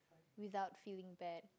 without feeling bad